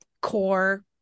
core